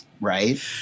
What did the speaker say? right